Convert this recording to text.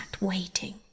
waiting